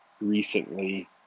recently